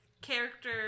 character